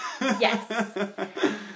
yes